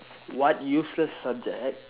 what useless subject